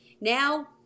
Now